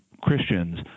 Christians